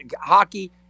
Hockey